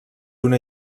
una